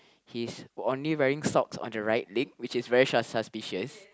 he's only wearing socks on the right leg which is very shus~ suspicious